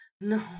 No